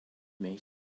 make